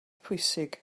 pwysig